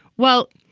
well,